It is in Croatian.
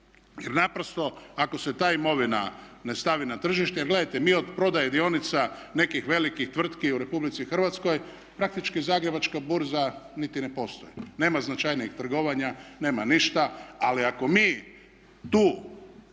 jer naprosto ako se ta imovina ne stavi na tržište, jer gledajte mi od prodaje dionica nekih velikih tvrtki u RH praktički Zagrebačka burza niti ne postoji, nema značajnijih trgovanja, nema ništa. Ali ako mi tu